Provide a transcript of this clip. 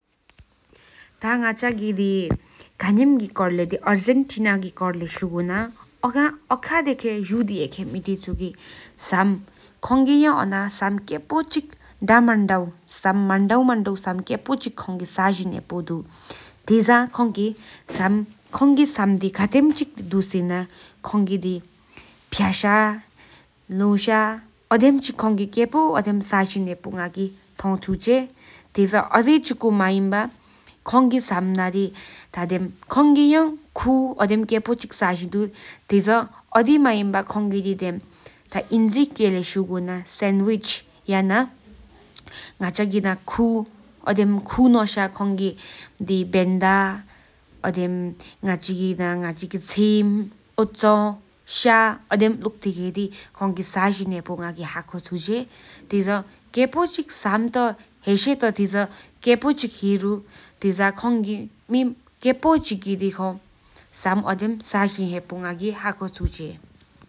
ཐ་ང་ཅ་གི་ཁ་ནིམ་ཨར་ཅི་ཏེ་ནའི་ཀོར་ལེགས་ཤུགས་ན་ཨོ་ཁ་ཅུ་དེ་ཡེགས་མེས་དི་ཆ་གི་སམ་ཁོང་གི་ཡ་སམ་ཀེས་བོ་ཅི་ད་མན་གྲའ་ས་ཟིན་ཧེཔོ་དུ། ཐེས་ཁོང་གི་སམ་དི་ཀ་ཕོ་ཅི་དུ་སི་ན་པེ་ཧྲི་ས་ནུ་ཤ་ཨོ་ཌེ་པེ་མ་ཅི་ཀེས་བོ་ས་ཟིན་ཧེཔོ་ང་གི་ཐ་ཆུ་སེ་ཐེས་ཨོ་དི་ཅི་ཀོ་མེན་སམ་ཁོང་གི་སམ་ན་ཁུ་ཡང་ན་སའན་ད་ཚན་བྷ་ནང་ཤ་བེ། ཨེ་ཅོ་ཅི་མ་ོ་ནེམ་ཀེས་དི་ལུག་ཏི་སམ་ཟིན་ཧེཔོ་ང་གི་ཧ་ཀོ་ཆུ་ཆེད་ཐེས་ཨི་ནང་སོས་མ་ཀོ་ཅེ་དང་བེས་ཨ་ཟིན་ང། ཧེམ་དེ་གོ་ཨ་བཀྲག་ང་ཡག།